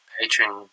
patron